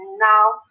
now